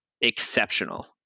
exceptional